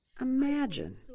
Imagine